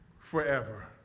forever